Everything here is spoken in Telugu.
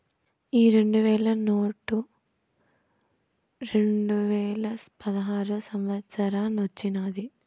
ఈ రెండు వేల నోటు రెండువేల పదహారో సంవత్సరానొచ్చినాది